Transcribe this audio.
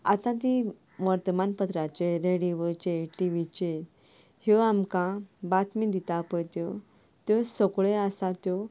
आतां ती वर्तमानपत्राचेर रेडिओचेर टिवीचेर ह्यो आमकां बातम्यो दिता पळय त्यो त्यो सगल्यो आसा त्यो